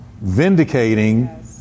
vindicating